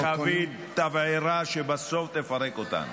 -- איזו חבית תבערה שבסוף תפרק אותנו.